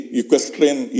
equestrian